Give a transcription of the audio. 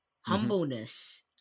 Humbleness